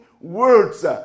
words